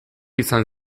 izan